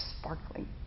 sparkling